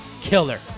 killer